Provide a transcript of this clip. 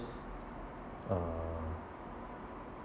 s~ uh